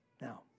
Now